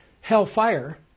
hellfire